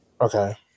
Okay